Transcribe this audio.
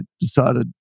decided